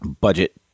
budget